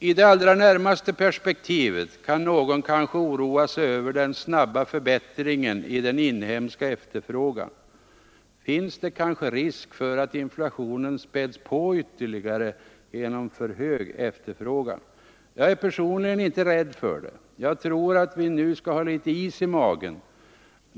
I det allra närmaste perspektivet kan någon kanske oroas över den snabba förbättringen i den inhemska efterfrågan. Finns det kanske risk för att inflationen späds på ytterligare genom för hög efterfrågan? Jag är personligen inte rädd för det. Jag tror att vi nu skall ha litet is i magen.